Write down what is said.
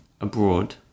abroad